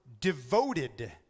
devoted